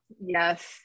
yes